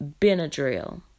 Benadryl